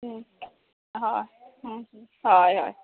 हय हय हय